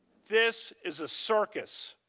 this, is a circus.